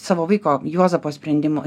savo vaiko juozapo sprendimu